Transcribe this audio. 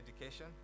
education